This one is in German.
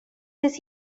des